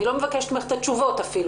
אני לא מבקשת ממך את התשובות אפילו.